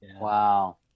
Wow